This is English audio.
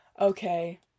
Okay